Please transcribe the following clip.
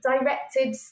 directed